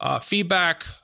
Feedback